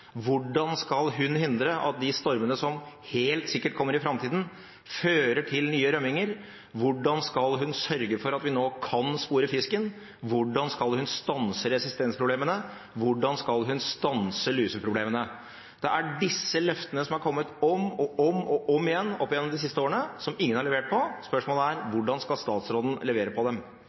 Hvordan skal hun hindre at de stormene som helt sikkert kommer i framtida, fører til nye rømminger? Hvordan skal hun sørge for at vi kan spore fisken? Hvordan skal hun stanse resistensproblemene? Hvordan skal hun stanse luseproblemene? Det er disse løftene, som er kommet om og om igjen opp gjennom de siste årene, som ingen har levert på. Spørsmålet er: Hvordan skal statsråden levere på dem?